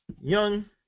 young